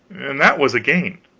and that was a gain.